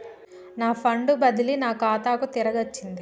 నా ఫండ్ బదిలీ నా ఖాతాకు తిరిగచ్చింది